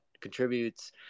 contributes –